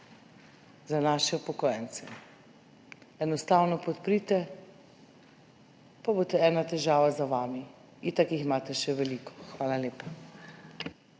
za naše upokojence. Enostavno podprite, pa bo ena težava za vami, itak jih imate še veliko. Hvala lepa.